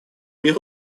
мир